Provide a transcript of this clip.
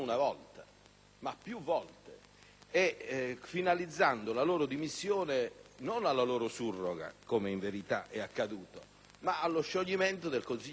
ma più volte, finalizzando tali dimissioni non alla loro surroga, come in realtà è accaduto, ma allo scioglimento del Consiglio comunale.